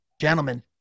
gentlemen